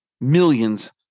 millions